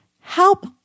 help